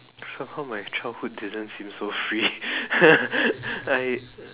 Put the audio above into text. how come my childhood didn't seem so free I